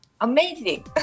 amazing